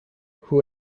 who